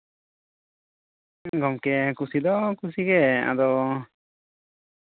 ᱜᱚᱝᱠᱮ ᱠᱩᱥᱤ ᱫᱚ ᱠᱩᱥᱤᱜᱮ ᱟᱫᱚ